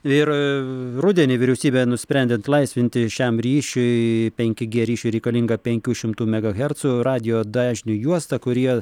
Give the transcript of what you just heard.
ir rudenį vyriausybė nusprendė atlaisvinti šiam ryšiui penki gė ryšiui reikalingą penkių šimtų megahercų radijo dažnių juostą kurie